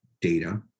data